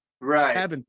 right